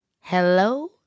Hello